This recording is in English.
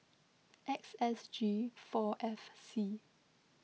X S G four F C